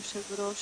היושב ראש,